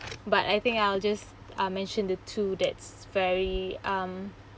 but I think I'll just uh mention the two that's very um